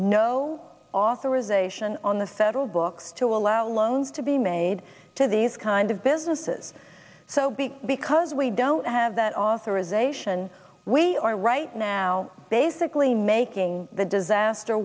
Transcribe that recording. no authorization on the federal books to allow loans to be made to these kind of businesses so be because we don't have that authorization we are right now basically making the disaster